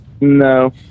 No